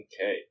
Okay